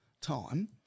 time